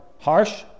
harsh